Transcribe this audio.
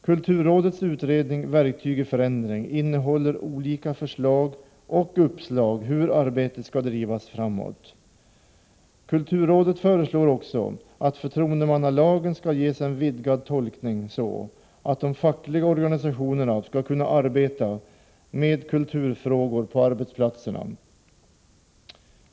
Kulturrådets utredning Verktyg i förändring innehåller olika förslag och uppslag om hur arbetet skall drivas framåt. Kulturrådet föreslår också att förtroendemannalagen skall ges en vidgad tolkning, så att de fackliga organisationerna skall kunna arbeta med kulturfrågor på arbetsplatserna.